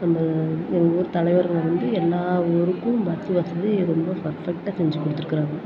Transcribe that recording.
நம்ம எங்கள் ஊர் தலைவர்கள் வந்து எல்லா ஊருக்கும் பஸ்ஸு வசதி ரொம்ப ஃபெர்ஃபெக்டாக செஞ்சு கொடுத்துருக்கறாங்க